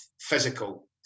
physical